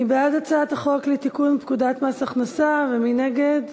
מי בעד הצעת החוק לתיקון פקודת מס הכנסה (מס' 200) ומי נגד?